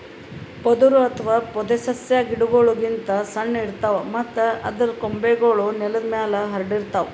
ಪೊದರು ಅಥವಾ ಪೊದೆಸಸ್ಯಾ ಗಿಡಗೋಳ್ ಗಿಂತ್ ಸಣ್ಣು ಇರ್ತವ್ ಮತ್ತ್ ಅದರ್ ಕೊಂಬೆಗೂಳ್ ನೆಲದ್ ಮ್ಯಾಲ್ ಹರ್ಡಿರ್ತವ್